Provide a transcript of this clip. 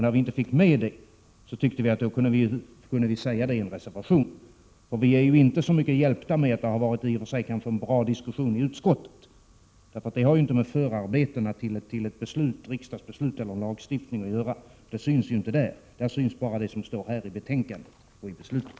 När vi inte fick med det tyckte vi att vi kunde säga det i en reservation. Vi är inte hjälpta av att det har förts en i och för sig bra diskussion i utskottet. Diskussionerna där syns ju inte i förarbetena till ett riksdagsbeslut eller till en lagstiftning. Där syns bara vad som står i betänkandet och i beslutet.